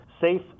safe